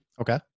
Okay